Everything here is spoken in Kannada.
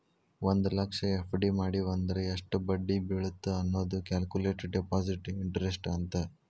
ಒಂದ್ ಲಕ್ಷ ಎಫ್.ಡಿ ಮಡಿವಂದ್ರ ಎಷ್ಟ್ ಬಡ್ಡಿ ಬೇಳತ್ತ ಅನ್ನೋದ ಕ್ಯಾಲ್ಕುಲೆಟ್ ಡೆಪಾಸಿಟ್ ಇಂಟರೆಸ್ಟ್ ಅಂತ